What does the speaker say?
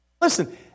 Listen